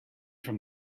from